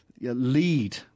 lead